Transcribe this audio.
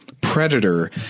predator